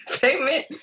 payment